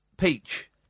Peach